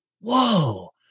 whoa